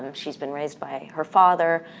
she's been raised by her father,